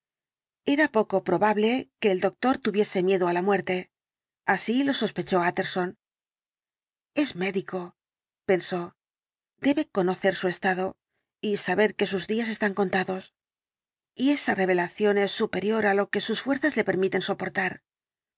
era poco probable que el doctor tuviese miedo á la muerte así lo sospechó utterson es médico pensó debe conocer su estado y saber que sus días están contados y esa revelación es superior á lo que sus fuerzas le permiten soportar